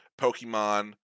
Pokemon